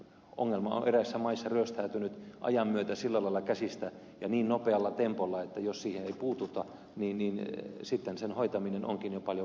ongelma on eräissä maissa ryöstäytynyt ajan myötä sillä lailla käsistä ja niin nopealla tempolla että jos siihen ei puututa niin sitten sen hoitaminen onkin jo paljon vaikeampaa